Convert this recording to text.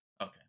Okay